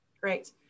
Great